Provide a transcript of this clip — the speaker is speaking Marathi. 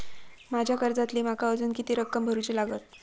माझ्या कर्जातली माका अजून किती रक्कम भरुची लागात?